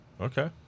okay